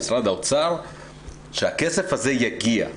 ממשרד האוצר שהכסף הזה יגיע,